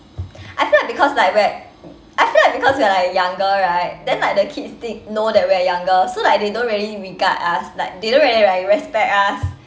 I feel like because like we're I feel like because we are like younger right then like the kids think know that we're younger so like they don't really regard us like they don't really like respect us